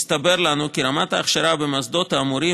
התברר לנו כי רמת ההכשרה במוסדות האמורים